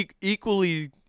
equally